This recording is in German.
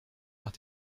nach